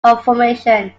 conformation